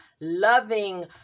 loving